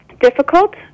difficult